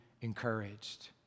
encouraged